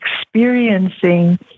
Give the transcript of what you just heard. experiencing